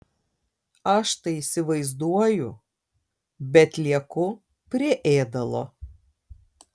aš tai įsivaizduoju bet lieku prie ėdalo